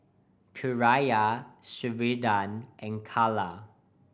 Kierra Sheridan and Kala